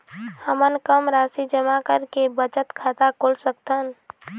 हमन कम राशि जमा करके बचत खाता खोल सकथन?